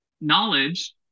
knowledge